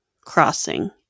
crossing